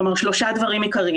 כלומר שלושה דברים עיקריים.